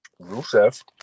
Rusev